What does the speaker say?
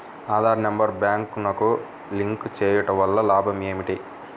Aadhaar number బ్యాంక్నకు link చేయుటవల్ల లాభం ఏమిటి?